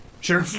Sure